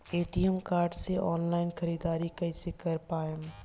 ATM card से online ख़रीदारी कइसे कर पाएम?